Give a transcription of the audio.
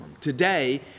Today